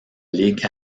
ligue